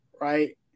right